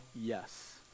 yes